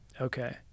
Okay